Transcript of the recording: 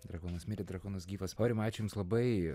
drakonas mirė drakonas gyvas aurimai ačiū jums labai